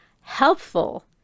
helpful